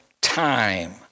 time